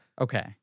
Okay